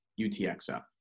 UTXO